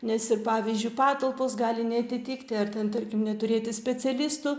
nes ir pavyzdžiui patalpos gali neatitikti ar ten tarkim neturėti specialistų